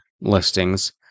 listings